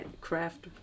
craft